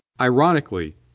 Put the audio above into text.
Ironically